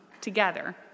together